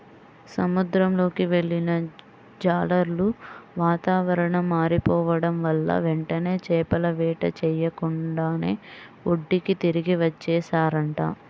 సముద్రంలోకి వెళ్ళిన జాలర్లు వాతావరణం మారిపోడం వల్ల వెంటనే చేపల వేట చెయ్యకుండానే ఒడ్డుకి తిరిగి వచ్చేశారంట